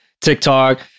TikTok